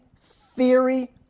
theory